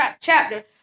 chapter